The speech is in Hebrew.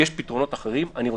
אנחנו לא